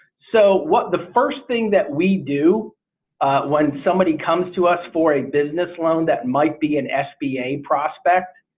so what the first thing that we do when somebody comes to us for a business loan that might be an sba prospect